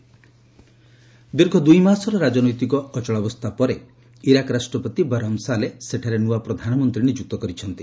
Iraq PM ଦୀର୍ଘ ଦୁଇମାସର ରାଜନୈତିକ ଅଚଳାବସ୍ଥା ପରେ ଇରାକ ରାଷ୍ଟ୍ରପତି ବରହମ୍ ସାଲେ ସେଠାରେ ନୂଆ ପ୍ରଧାନମନ୍ତ୍ରୀ ନିଯୁକ୍ତ କରିଛନ୍ତି